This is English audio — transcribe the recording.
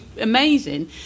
amazing